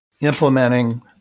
implementing